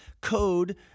code